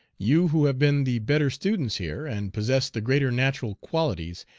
you who have been the better students here, and possessed the greater natural qualities,